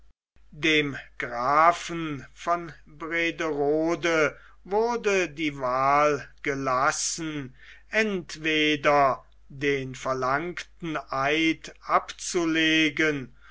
dem grafen von brederode wurde die wahl gelassen entweder den verlangten eid abzulegen